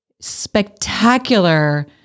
spectacular